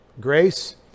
Grace